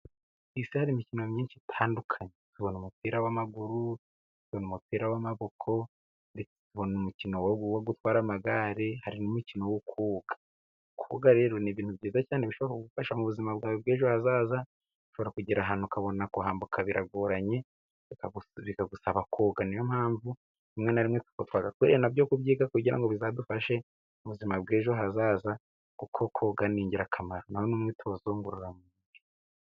Ku isi hari imikino myinshi itandukanye: hari umupira w'amaguru, hari umupira w'amaboko, ndetse tubona umukino wo gutwara amagare. Hari n'umukino wo koga. Koga rero ni ibintu byiza cyane bishobora kugufasha mu buzima bwawe bw'ejo hazaza. Ushobora kugera ahantu, ukabona kuhambuka biragoranye, bikagusaba koga. Niyo mpamvu, rimwe na rimwe, twagakwiye na byo kubyiga kugira ngo bizadufashe mu buzima bw'ejo hazaza, kuko koga ni ingirakamaro, na wo ni umwitozo ngororamubiri.